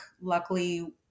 Luckily